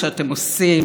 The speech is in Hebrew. ובהזדמנות הזאת,